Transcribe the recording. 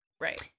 Right